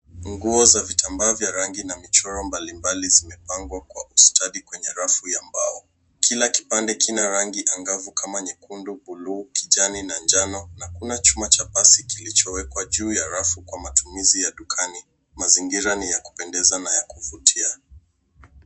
Nguo za vitambaa vya rangi na michoro mbalimbali zimepangwa kwa ustadi kwenye rafu ya mbao. Kila kipande kina rangi angavu kama vile nyekundu bluu na njano na kuna chuma cha pasi kilicho wekwa juu ya rafu kwa matumizi ya dukani. Mazingira ni ya kupendeza na ya kuvutia.